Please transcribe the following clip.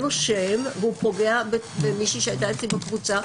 לו שם והוא פוגע במישהי שהייתה אצלי בקבוצה,